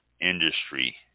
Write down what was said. industry